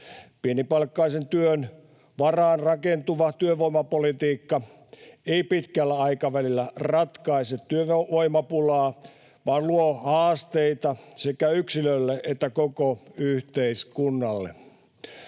Pienipalkkaisen työn varaan rakentuva työvoimapolitiikka ei pitkällä aikavälillä ratkaise työvoimapulaa vaan luo haasteita sekä yksilölle että koko yhteiskunnalle.